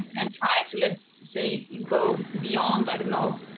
and try to, let's say go beyond, i don't know,